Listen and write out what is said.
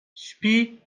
śpi